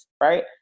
right